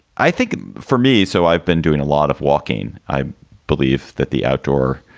i think, for me. so i've been doing a lot of walking. i believe that the outdoor